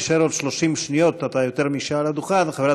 תישאר עוד 30 שניות, אתה יותר משעה על הדוכן,